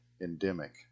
endemic